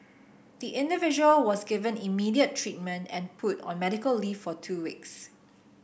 the individual was given immediate treatment and put on medical leave for two weeks